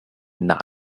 not